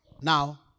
now